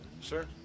Sure